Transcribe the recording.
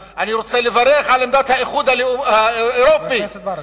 תודה, חבר הכנסת ברכה.